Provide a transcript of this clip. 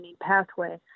pathway